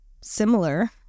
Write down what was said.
similar